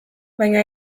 baina